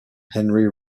henry